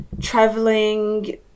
traveling